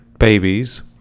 Babies